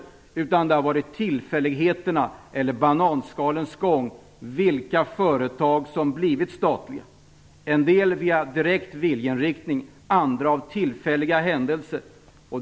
Det har i stället varit tillfälligheterna eller bananskalens gång som avgjort vilka företag som blivit statliga, en del på grund av direkt viljeinriktning, andra på grund av tillfälliga händelser.